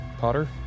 Potter